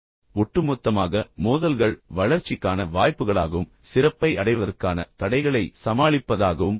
ஒட்டுமொத்தமாக மோதல்கள் வளர்ச்சிக்கான வாய்ப்புகளாகவும் சிறப்பை அடைவதற்கான தடைகளை சமாளிப்பதாகவும் உள்ளன